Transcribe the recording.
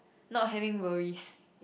not having worries